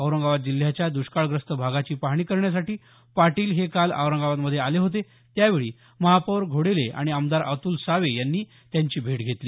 औरंगाबाद जिल्ह्याच्या द्रष्काळग्रस्त भागाची पाहणी करण्यासाठी पाटील हे काल औरंगाबाद मध्ये आले होते त्यावेळी महापौर घोडेले आणि आमदार अतुल सावे यांनी त्याची भेट घेतली